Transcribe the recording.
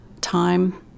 time